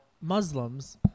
Muslims